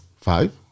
five